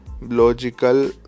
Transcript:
logical